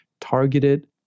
targeted